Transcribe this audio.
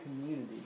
community